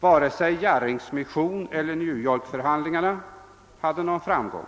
Varken ambassadör Jarrings mission eller New York-förhandlingarna har haft någon framgång.